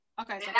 okay